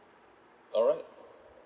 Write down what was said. alright